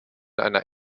einer